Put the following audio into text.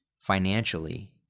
financially